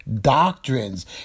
doctrines